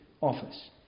office